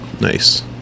nice